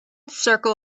circle